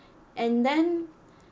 and then